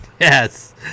Yes